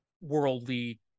worldly